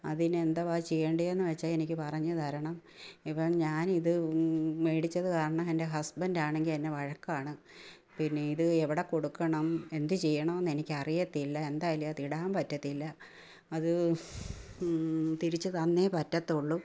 അതിനെന്തുവാണ് ചെയ്യേണ്ടതെന്ന് വെച്ചാൽ എനിക്ക് പറഞ്ഞു തരണം ഇപ്പോൾ ഞാനിത് മേടിച്ചത് കാരണം എൻ്റെ ഹസ്ബൻഡാണെങ്കിൽ എന്നെ വഴക്കാണ് പിന്നെ ഇത് എവിടെ കൊടുക്കണം എന്ത് ചെയ്യണമെന്ന് എനിക്കറിയത്തില്ല എന്തായാലും അത് ഇടാൻ പറ്റത്തില്ല അത് തിരിച്ചു തന്നെ പറ്റത്തൊള്ളൂ